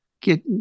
get